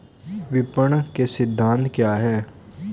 विपणन के सिद्धांत क्या हैं?